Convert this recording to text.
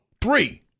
Three